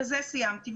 בזה סיימתי.